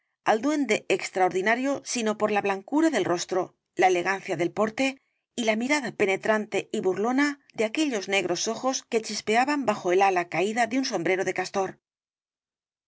al duende extraordinario sino por la blancura del rostro la elegancia del porte y la mirada penetrante y burlona de aquellos negros ojos que chispeaban bajo el ala caída de un sombrero de castor